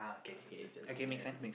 okay tell you go there